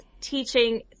teaching